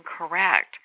incorrect